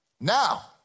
Now